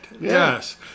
Yes